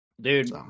Dude